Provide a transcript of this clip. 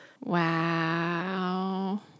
Wow